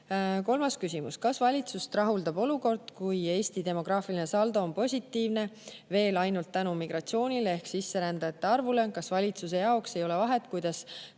Kolmas küsimus: "Kas valitsust rahuldab olukord, kui Eesti demograafiline saldo on positiivne (veel) ainult tänu migratsioonile ehk sisserändajate arvule? Kas valitsuse jaoks ei ole vahet, kuidas